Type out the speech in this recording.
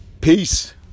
Peace